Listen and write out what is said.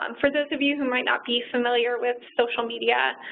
um for those of you who might not be familiar with social media,